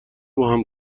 باهم